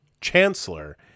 Chancellor